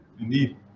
indeed